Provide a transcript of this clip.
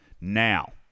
Now